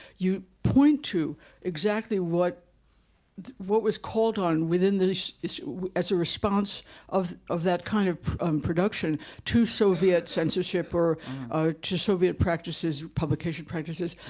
you point to exactly what what was called on within this as a response of of that kind of production to soviet censorship or or to soviet practices, publication practices,